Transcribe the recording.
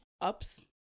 ups